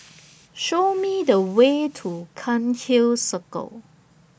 Show Me The Way to Cairnhill Circle